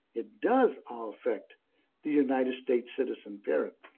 it does ah affect the united states citizen parent.